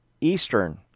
Eastern